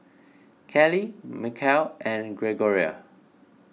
Callie Mikel and Gregoria